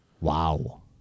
Wow